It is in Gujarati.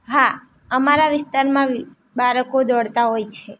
હા અમારા વિસ્તારમાં બાળકો દોડતાં હોય છે